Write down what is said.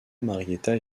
marietta